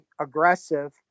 aggressive